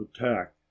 attack